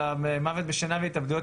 של המוות בשינה וההתאבדויות,